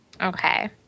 Okay